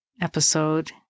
episode